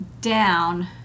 down